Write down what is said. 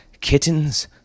kittens